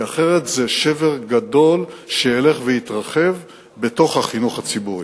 כי אחרת זה שבר גדול שילך ויתרחב בתוך החינוך הציבורי.